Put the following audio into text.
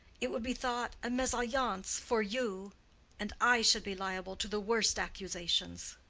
it would be thought a mesalliance for you and i should be liable to the worst accusations.